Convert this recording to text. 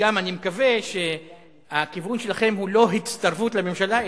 ואני גם מקווה שהכיוון שלכם הוא לא הצטרפות לממשלה,